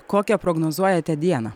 kokią prognozuojate dieną